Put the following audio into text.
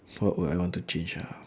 what would I want to change ah